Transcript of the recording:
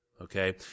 Okay